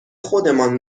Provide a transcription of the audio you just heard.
خودمان